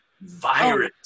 virus